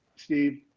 steve?